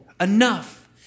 enough